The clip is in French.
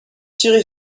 tiré